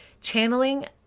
Channeling